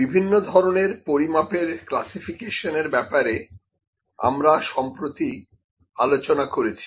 বিভিন্ন ধরনের পরিমাপের ক্লাসিফিকেশনের ব্যাপারে আমরা সম্প্রতি আলোচনা করেছি